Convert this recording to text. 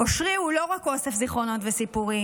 "אושרי הוא לא רק אוסף זיכרונות וסיפורים,